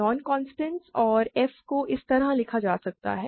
non constants और f को इस तरह लिखा जा सकता है